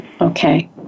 Okay